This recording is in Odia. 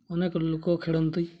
ଅନେକ ଲୋକ ଖେଳନ୍ତି